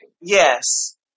Yes